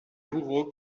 burro